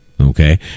Okay